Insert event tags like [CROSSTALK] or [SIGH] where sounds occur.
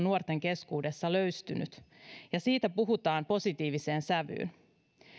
[UNINTELLIGIBLE] nuorten keskuudessa löystynyt ja siitä puhutaan positiiviseen sävyyn